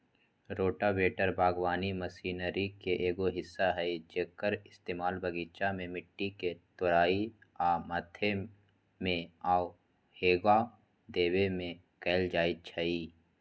rotavator बगवानी machinery के एगो हिस्सा हई जेक्कर इस्तेमाल बगीचा में मिट्टी के तोराई आ मथे में आउ हेंगा देबे में कएल जाई छई